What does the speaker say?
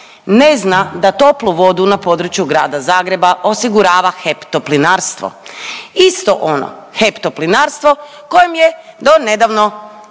Ne zna da toplu vodu na području grada Zagreba osigurava HEP-Toplinarstvo, isto ono HEP-Toplinarstvo kojim je do nedavno